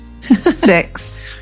six